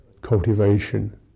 cultivation